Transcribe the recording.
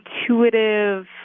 intuitive